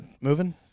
moving